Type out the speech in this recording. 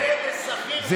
זהה לשכיר, מהמעסיק?